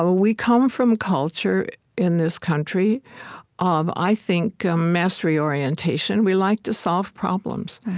ah we come from culture in this country of, i think, ah mastery orientation. we like to solve problems.